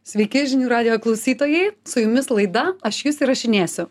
sveiki žinių radijo klausytojai su jumis laida aš jus įrašinėsiu